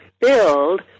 build